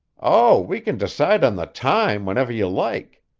oh, we can decide on the time whenever you like.